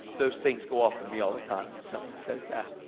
those things go off in me all the time when someone says that.